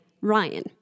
ryan